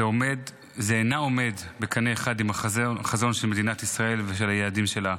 זה אינו עומד בקנה אחד עם החזון של מדינת ישראל ושל היעדים שלה.